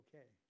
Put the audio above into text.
Okay